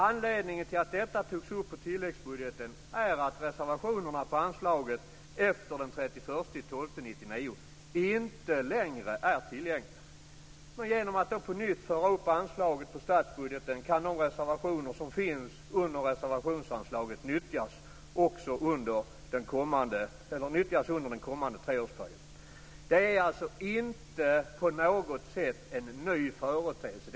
Anledningen till att detta togs upp i tilläggsbudgeten är att reservationerna vad gäller anslaget efter den 31 december 1999 inte längre är tillgängliga. Genom att på nytt föra upp anslaget i statsbudgeten kan man nyttja de reservationer som finns under reservationsanslaget under den kommande treårsperioden. Det är alltså inte på något sätt en ny företeelse.